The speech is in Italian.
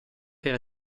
per